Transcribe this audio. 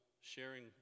sharing